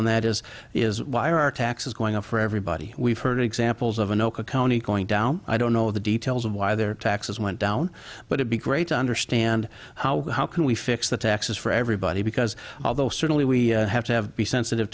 and that is is why are our taxes going up for everybody we've heard examples of an oak a county going down i don't know the details of why their taxes went down but it be great to understand how how can we fix the taxes for everybody because although certainly we have to have be sensitive